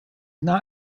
not